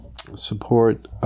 Support